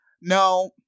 No